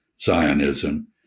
Zionism